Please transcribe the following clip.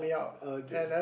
okay